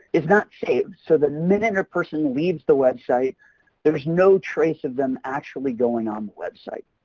is not saved. so the minute a person leaves the website there's no trace of them actually going on website.